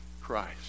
Christ